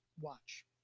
watch